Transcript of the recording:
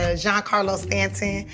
ah giancarlo stanton.